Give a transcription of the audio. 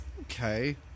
Okay